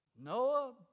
Noah